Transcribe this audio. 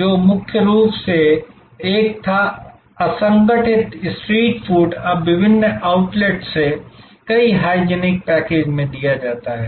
जो मुख्य रूप से एक था असंगठित स्ट्रीट फूड अब विभिन्न आउटलेट्स से कई हाइजीनिक पैकेज में दिया जाता है